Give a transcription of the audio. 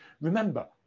Remember